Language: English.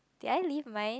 did I leave mine